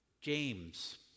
James